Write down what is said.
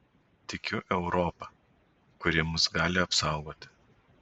tikiu europa kuri mus gali apsaugoti